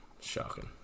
Shocking